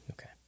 Okay